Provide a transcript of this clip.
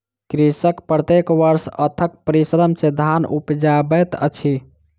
कृषक प्रत्येक वर्ष अथक परिश्रम सॅ धान उपजाबैत अछि